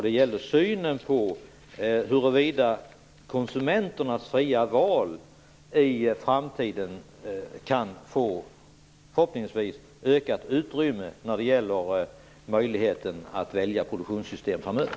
Den gällde huruvida konsumenternas fria val kan få ökat utrymme när det gäller möjligheten att välja produktionssystem framöver.